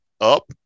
up